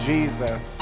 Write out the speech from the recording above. Jesus